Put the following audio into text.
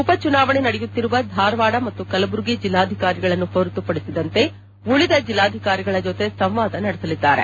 ಉಪಚುನಾವಣೆ ನಡೆಯುತ್ತಿರುವ ಧಾರವಾಡ ಮತ್ತು ಕಲಬುರಗಿ ಜೆಲ್ಲಾಧಿಕಾರಿಗಳನ್ನು ಹೊರತುಪಡಿಸಿದಂತೆ ಉಳಿದ ಜೆಲ್ಲಾಧಿಕಾರಿಗಳ ಜೊತೆ ಸಂವಾದ ನಡೆಸಲಿದ್ದಾರೆ